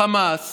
חמאס